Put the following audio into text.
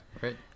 right